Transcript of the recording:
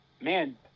man